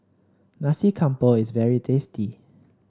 Nasi Campur is very tasty